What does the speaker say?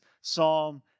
psalm